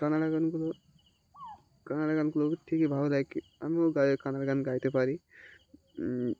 কানাড়া গানগুলো কানাড়া গানগুলো ঠিকই ভালো দেখায় কি আমিও গাই কানাড়া গান গাইতে পারি